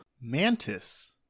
Mantis